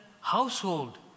household